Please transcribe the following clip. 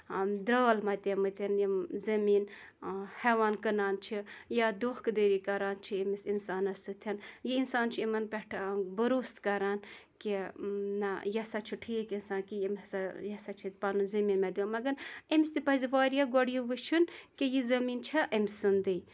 آ درٛال مَتے مٕتۍ یِم زٔمیٖن ہیٚوان کٕنان چھِ یا دۄنکھٕ دٔری کران چھِ ییٚمِس اِنسانَس سۭتۍ یہِ اِنسان چھُ یِمن پیٚٹھ بروسہٕ کران کہِ نہ یہِ ہسا چھُ ٹھیٖک اِنسان کہِ یِم ہسا یہِ ہسا چھُ پَنُن زٔمیناہ دِوان مَگر أمِس تہِ پَزِ واریاہ گۄڈٕ یہِ وُچھُن کہِ یہِ زٔمیٖن چھا أمۍ سُنٛدُے